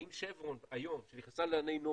האם 'שברון' היום, שנכנסה לנעלי נובל,